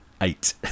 Eight